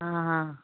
हाँ हाँ